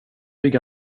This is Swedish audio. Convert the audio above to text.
bygga